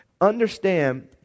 understand